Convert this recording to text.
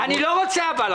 אבל אני לא רוצה עכשיו.